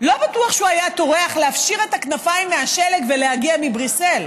לא בטוח שהוא היה טורח להפשיר את הכנפיים מהשלג ולהגיע מבריסל.